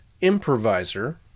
improviser